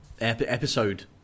episode